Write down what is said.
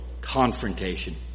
confrontation